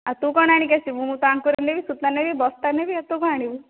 ଆଉ ତୁ କ'ଣ ଆଣିକି ଆସିବୁ ମୁଁ ତ ଆଙ୍କୁରା ନେବି ସୂତା ଦେବି ବସ୍ତା ନେବି ଆଉ ତୁ କ'ଣ ଆଣିବୁ